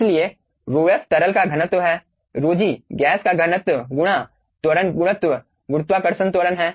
इसलिए ρf तरल का घनत्व है ρ g गैस का घनत्व गुणा त्वरण गुरुत्व गुरुत्वाकर्षण त्वरण है